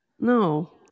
No